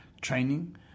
training